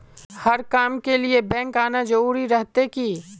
हर काम के लिए बैंक आना जरूरी रहते की?